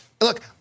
Look